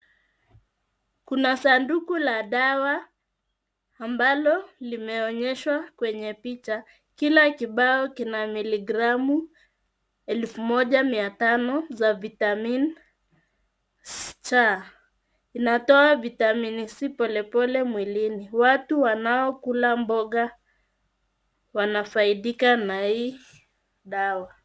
Kuna sanduku la dawa ambalo limeonyeshwa kwenye picha. Kila kibao kina miligramu elfu moja mia tano za Vitamin C . Inatoa Vitamin C polepole mwilini. Watu wanaokula mboga wanafaidika na hii dawa.